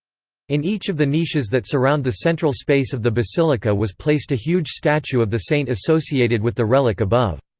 in each of the niches that surround the central space of the basilica was placed a huge statue of the saint associated with the relic above.